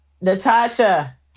Natasha